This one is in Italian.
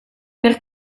per